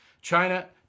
China